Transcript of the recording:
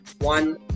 One